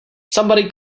somebody